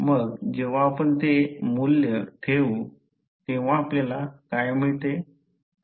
मग जेव्हा आपण ते मूल्य ठेऊ तेव्हा आपल्याला काय मिळते